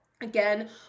again